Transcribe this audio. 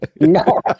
no